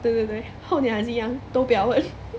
对对对后年还是一样都不要问